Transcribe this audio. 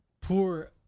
Poor